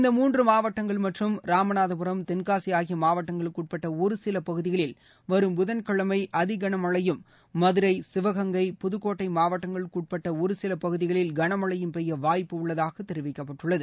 இந்த மூன்று மாவட்டங்கள் மற்றும் ராமநாதபுரம் தென்காசி ஆகிய மாவட்டங்களுக்கு உட்பட்ட ஒருசில பகுதிகளில் வரும் புதன்கிழமை அதிகன மழையும் மதுரை புதுக்கோட்டை மாவட்டங்களுக்குட்பட்ட ஒருசில பகுதிகளில் கனமழையும் பெய்ய வாய்ப்பு உள்ளதாக தெரிவிக்கப்பட்டுள்ளது